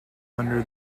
under